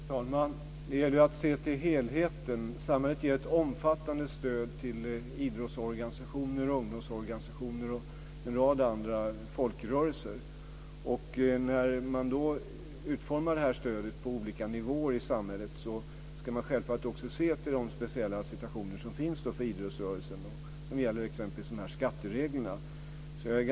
Herr talman! Det gäller att se till helheten. Samhället ger ett omfattande stöd till idrottsorganisationer, ungdomsorganisationer och en rad andra folkrörelser. När man utformar stödet på olika nivåer i samhället ska man självfallet se till den speciella situationen för idrottsrörelsen, exempelvis de skatteregler som gäller.